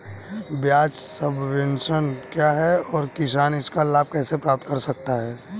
ब्याज सबवेंशन क्या है और किसान इसका लाभ कैसे प्राप्त कर सकता है?